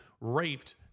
raped